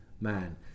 man